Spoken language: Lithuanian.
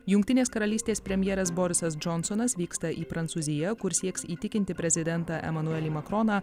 jungtinės karalystės premjeras borisas džonsonas vyksta į prancūziją kur sieks įtikinti prezidentą emanuelį makroną